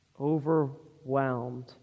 Overwhelmed